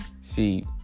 See